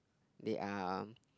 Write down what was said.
they are